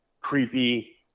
creepy